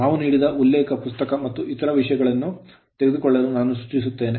ನಾವು ನೀಡಿದಂತೆ ಉಲ್ಲೇಖ ಪುಸ್ತಕ ಮತ್ತು ಇತರ ವಿಷಯಗಳನ್ನು ತೆಗೆದುಕೊಳ್ಳಲು ನಾನು ಸೂಚಿಸುತ್ತೇನೆ